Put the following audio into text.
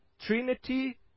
Trinity